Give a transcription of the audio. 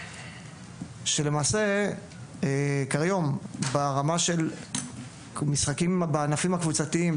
שלמעשה כיום ברמה של משחקים בענפים הקבוצתיים,